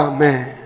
Amen